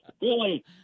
Billy